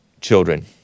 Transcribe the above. children